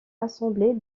assemblée